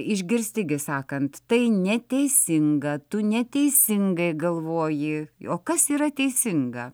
išgirsti gi sakant tai neteisinga tu neteisingai galvoji o kas yra teisinga